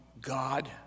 God